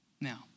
Now